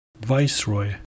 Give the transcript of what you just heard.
viceroy